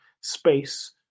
space